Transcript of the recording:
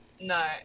No